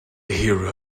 hero